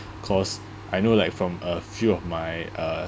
cause I know like from a few of my uh